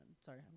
Sorry